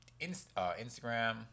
Instagram